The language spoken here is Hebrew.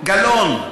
גלאון,